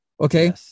Okay